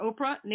Oprah